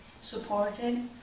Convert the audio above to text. supported